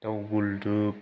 दाउ गुलदुब